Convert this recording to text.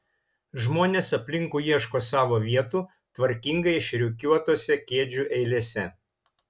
žmonės aplinkui ieško savo vietų tvarkingai išrikiuotose kėdžių eilėse